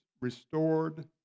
restored